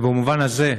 ובמובן הזה,